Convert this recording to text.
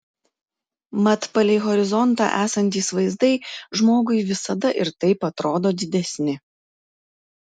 mat palei horizontą esantys vaizdai žmogui visada ir taip atrodo didesni